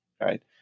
right